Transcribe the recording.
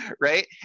right